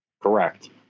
Correct